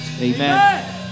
Amen